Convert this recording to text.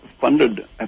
funded